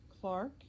Clark